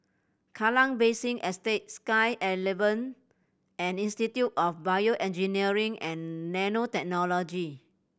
Kallang Basin Estate Sky At Eleven and Institute of BioEngineering and Nanotechnology